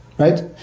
Right